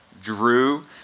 Drew